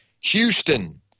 houston